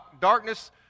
Darkness